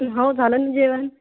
हो झालं नं जेवण